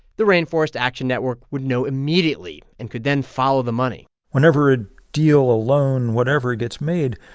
the rainforest action network would know immediately and could then follow the money whenever a deal, a loan, whatever gets made,